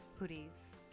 hoodies